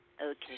Okay